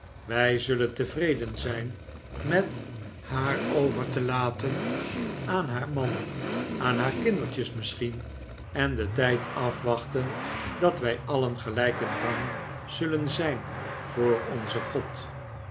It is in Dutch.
wij zullen tevreden zijn met haar over te laten aan haar man aan haar kindertjes misschien en den tijd afwachten dat wij alien gelijk in rang zullen zijn voor onzen god